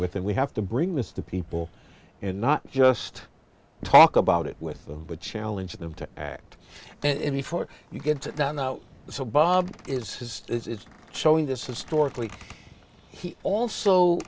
with and we have to bring this to people and not just talk about it with them but challenge them to act and before you get to that now so bob is it's showing this historically he also